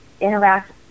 interact